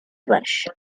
flesh